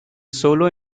solo